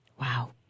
wow